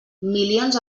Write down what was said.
milions